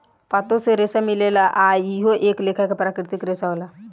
पातो से रेसा मिलेला आ इहो एक लेखा के प्राकृतिक रेसा होला